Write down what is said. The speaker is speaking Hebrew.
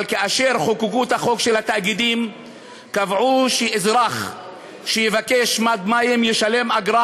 אבל כאשר חוקקו את החוק של התאגידים קבעו שאזרח שיבקש מד מים ישלם אגרה,